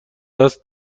دست